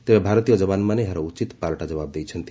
ତେବେ ଭାରତୀୟ ଯବାନମାନେ ଏହାର ଉଚିତ୍ ପାଳଟା ଜବାବ ଦେଇଛନ୍ତି